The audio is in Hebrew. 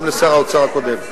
גם לשר האוצר הקודם.